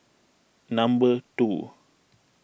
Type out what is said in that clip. number two